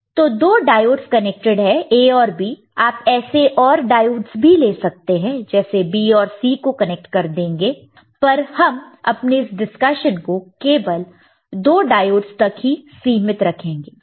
तो दो diodes connected है A और B आप ऐसे और डायोड्स भी ले सकते हैं जैसे B और C को कनेक्ट कर देंगे पर हम अपने इस डिस्कशन को केवल दो डायोड्स तक ही सीमित रखेंगे